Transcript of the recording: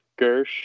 Gersh